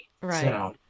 Right